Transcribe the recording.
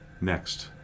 Next